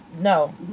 no